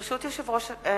ברשות יושב-ראש הישיבה,